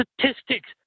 statistics